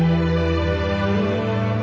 or